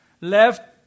left